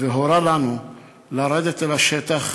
והורה לנו לרדת אל השטח